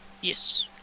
Yes